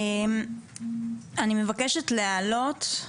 אני מבקשת להעלות,